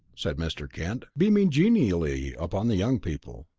said mr. kent, beaming genially upon the young people.